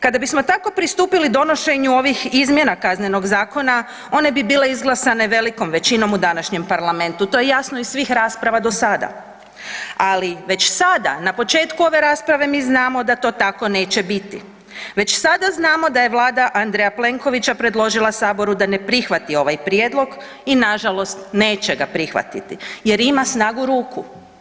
Kada bismo tako pristupili donošenju ovih izmjena Kaznenog zakona, one bi bile izglasane velikom većinom u današnjem parlamentu, to je jasno iz svih rasprava do sada ali već sada na početku ove rasprave, mi znamo da to tako neće biti, već sada znamo da je Vlada A. Plenkovića predložila Saboru da prihvati ovaj prijedlog i nažalost neće ga prihvatiti jer ima snagu ruku.